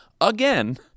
again